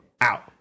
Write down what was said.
out